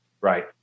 right